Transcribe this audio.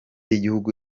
yigihugu